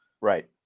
Right